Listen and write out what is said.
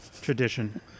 Tradition